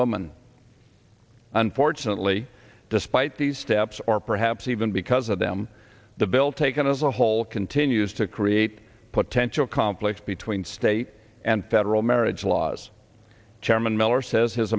woman unfortunately despite these steps or perhaps even because of them the bill taken as a whole continues to create potential conflict between state and federal marriage laws chairman miller says his